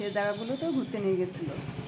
সে জায়গাগুলো তো ঘুরতে নিয়ে গিয়েছিলো